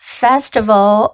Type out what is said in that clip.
festival